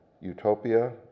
utopia